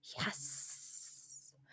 Yes